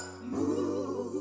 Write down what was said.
move